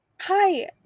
Hi